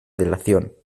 delación